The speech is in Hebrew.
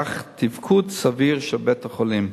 אך תפקוד סביר של בית-החולים.